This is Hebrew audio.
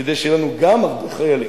כדי שיהיו לנו גם הרבה חיילים.